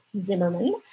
Zimmerman